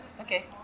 okay